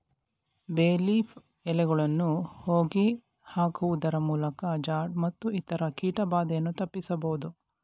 ಬೇ ಲೀಫ್ ಎಲೆಗಳನ್ನು ಹೋಗಿ ಹಾಕುವುದರಮೂಲಕ ಜಾಡ್ ಮತ್ತು ಇತರ ಕೀಟ ಬಾಧೆಯನ್ನು ತಪ್ಪಿಸಬೋದು